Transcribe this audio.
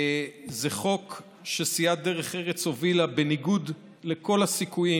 זה חוק שסיעת דרך ארץ הובילה בניגוד לכל הסיכויים,